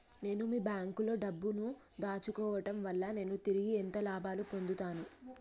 నేను మీ బ్యాంకులో డబ్బు ను దాచుకోవటం వల్ల నేను తిరిగి ఎంత లాభాలు పొందుతాను?